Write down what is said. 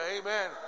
Amen